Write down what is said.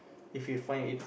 if you find it